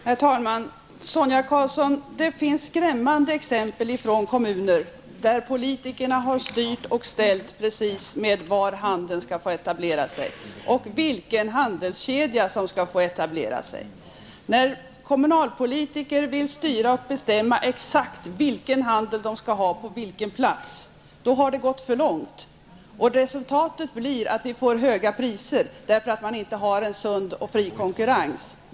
Herr talman! Det finns skrämmande exempel från kommuner där politikerna har styrt och ställt och bestämt exakt var handeln skulle få etablera sig och vilken handelskedja som skulle få etablera sig, Sonia Karlsson. När kommunalpolitiker vill bestämma exakt vilken handel man skall ha på vilken plats har det gått för långt. Resultatet blir att vi får höga priser, därför att man inte har en sund och fri konkurrens.